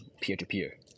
peer-to-peer